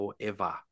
forever